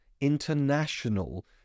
international